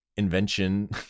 invention